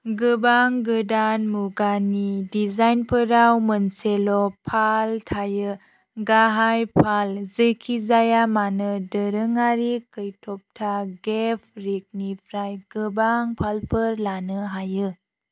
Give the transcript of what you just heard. गोबां गोदान मुगानि डिजाइनफोराव मोनसेल' पाल थायो गाहाय पाल जिखिजायामानो दोरोङारि कैटबटा गेफ रिगनिफ्राय गोबां पालफोर लानो हायो